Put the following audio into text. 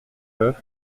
neuf